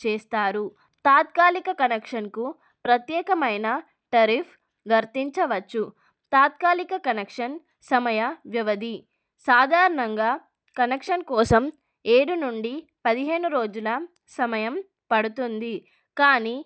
చేస్తారు తాత్కాలిక కనెక్షన్కు ప్రత్యేకమైన టరిఫ్ వర్తించవచ్చు తాత్కాలిక కనెక్షన్ సమయ వ్యవధి సాధారణంగా కనెక్షన్ కోసం ఏడు నుండి పదిహేను రోజుల సమయం పడుతుంది కానీ